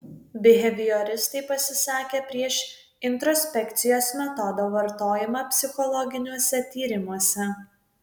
bihevioristai pasisakė prieš introspekcijos metodo vartojimą psichologiniuose tyrimuose